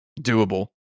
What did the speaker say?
doable